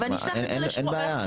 אין בעיה,